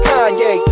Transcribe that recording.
Kanye